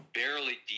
barely